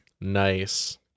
Nice